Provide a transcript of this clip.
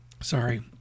sorry